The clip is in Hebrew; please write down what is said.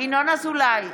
ינון אזולאי,